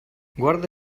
guarde